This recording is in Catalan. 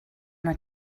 una